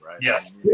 Yes